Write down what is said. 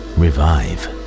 revive